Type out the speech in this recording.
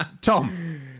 Tom